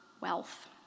wealth